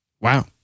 Wow